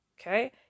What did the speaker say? Okay